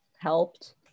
Helped